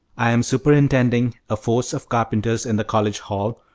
i am superintending a force of carpenters in the college hall,